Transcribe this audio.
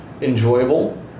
enjoyable